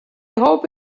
hope